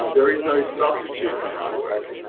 there is no substitute for hard work.